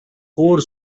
four